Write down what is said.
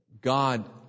God